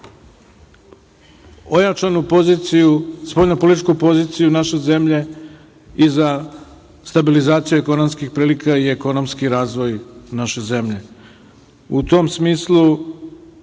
ojačanu poziciju, spoljno-političku poziciju naše zemlje i za stabilizaciju ekonomskih prilika i ekonomski razvoj naše zemlje.U tom smislu,